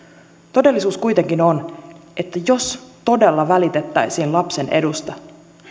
todellisuus kuitenkin on että jos todella välitettäisiin lapsen edusta